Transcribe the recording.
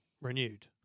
renewed